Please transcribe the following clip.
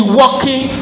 walking